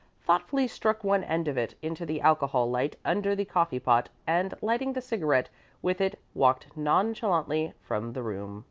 thoughtfully stuck one end of it into the alcohol light under the coffee-pot, and lighting the cigarette with it, walked nonchalantly from the room